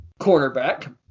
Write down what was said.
cornerback